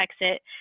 exit